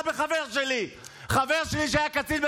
חבר הכנסת דוידסון, נא לסיים.